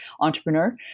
entrepreneur